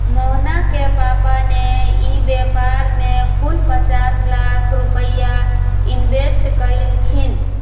मोहना के पापा ने ई व्यापार में कुल पचास लाख रुपईया इन्वेस्ट कइल खिन